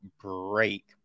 break